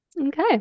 Okay